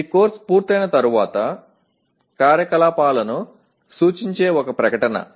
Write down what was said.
ఇది కోర్సు పూర్తయిన తర్వాత కార్యకలాపాలను సూచించే ఒక ప్రకటన